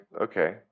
okay